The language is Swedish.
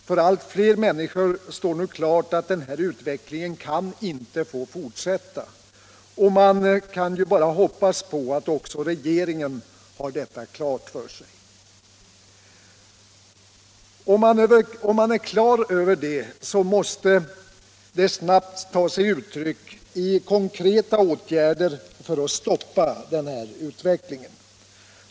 För allt flera människor står nu klart att denna utveckling inte kan få fortsätta, och man kan ju bara hoppas på att också regeringen har detta klart för sig. Om man är klar över detta, måste det snabbt ta sig uttryck i konkreta åtgärder för att stoppa denna utveckling.